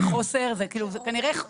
היום באגף בריאות הנפש כמה נשארו אצלכם,